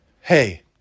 Hey